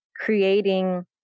Creating